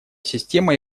система